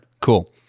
Cool